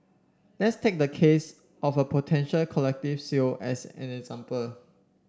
let's take the case of a potential collective sale as an example